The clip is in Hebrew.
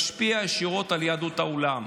משפיעים ישירות על יהדות העולם.